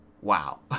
wow